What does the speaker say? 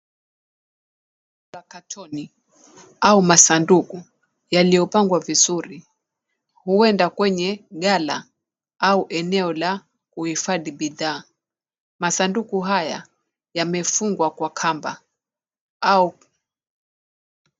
Makatoni au masanduku yaliyopangwa vizuri. Huenda kwenye gala au eneo la uhifadhi bidhaa. Masanduku haya yamefungwa kwa kamba au...